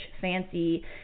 fancy